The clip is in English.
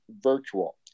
virtual